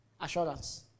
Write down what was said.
assurance